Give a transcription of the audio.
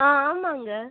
on ஆமாம்ங்க